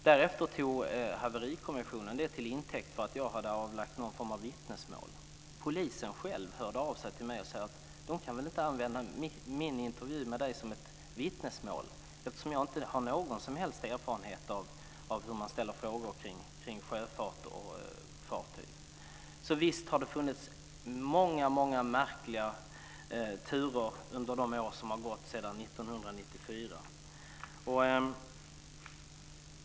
Det tog Haverikommissionen till intäkt för att jag hade avlagt en form av vittnesmål. Polisen själv hörde av sig och sade: De kan väl inte använda min intervju med dig som vittnesmål eftersom jag inte har någon som helst erfarenhet av hur man ställer frågor kring sjöfart och fartyg. Visst har det alltså varit många märkliga turer under de år som gått sedan 1994!